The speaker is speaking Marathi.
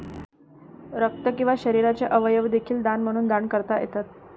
रक्त किंवा शरीराचे अवयव देखील दान म्हणून दान करता येतात